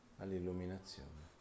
all'illuminazione